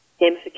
gamification